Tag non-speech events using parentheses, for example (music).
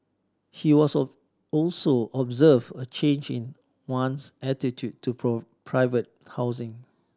he also observed a change in one's attitude to (unintelligible) private housing